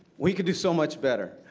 we can do so much better.